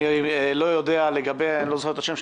אני לא יודע לגבי -- -לא זוכר את השם של